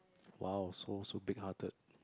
!wow! so so big hearted